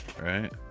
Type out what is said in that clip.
right